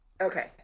okay